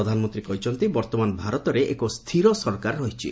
ପ୍ରଧାନମନ୍ତ୍ରୀ କହିଛନ୍ତି ବର୍ଭମାନ ଭାରତରେ ଏକ ସ୍ଥିର ସରକାର ରହିଛି